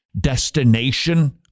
destination